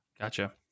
gotcha